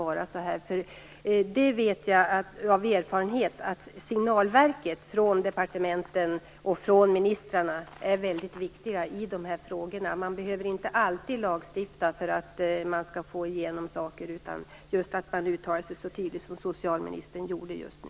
Av erfarenhet vet jag att signalverket från departementen och från ministrarna i de här frågorna är väldigt viktiga. Man behöver inte alltid lagstifta för att man skall få igenom saker, utan det kan räcka med att man uttalar sig så tydligt som socialministern gjorde just nu.